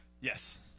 Yes